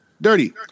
Dirty